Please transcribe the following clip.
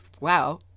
wow